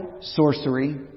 sorcery